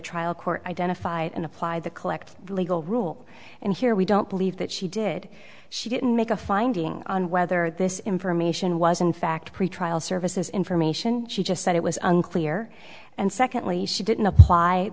trial court identified and apply the collect legal rule and here we don't believe that she did she didn't make a finding on whether this information was in fact pretrial services information she just said it was unclear and secondly she didn't apply